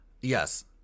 Yes